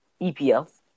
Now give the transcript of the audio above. EPL